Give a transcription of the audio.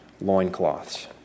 loincloths